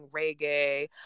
reggae